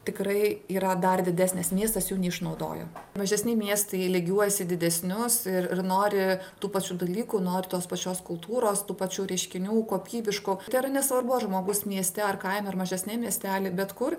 tikrai yra dar didesnės miestas jų neišnaudoja mažesni miestai lygiuojas į didesnius ir nori tų pačių dalykų nori tos pačios kultūros tų pačių reiškinių kokybiškų ir nesvarbu ar žmogus mieste ar kaime ar mažesniam miestely bet kur